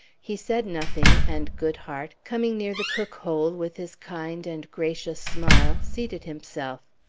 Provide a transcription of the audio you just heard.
he said nothing, and goodhart, coming near the cook-hole with his kind and gracious smile, seated himself.